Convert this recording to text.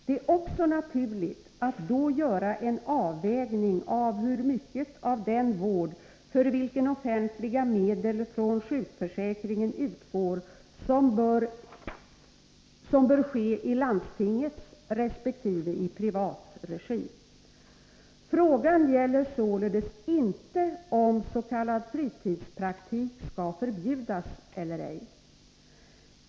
Det är naturligt att då göra en avvägning av hur mycket av den vård för vilken offentliga medel från sjukförsäkringen utgår som bör ske i landstingets resp. i privat regi. Frågan gäller således inte om s.k. fritidspraktik skall förbjudas eller ej.